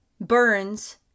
burns